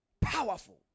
powerful